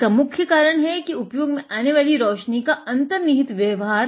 इसका मुख्य कारण है उपयोग में आने वाली रौशनी का अंतर्निहित व्यवहार